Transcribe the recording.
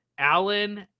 Allen